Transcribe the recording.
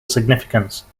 significance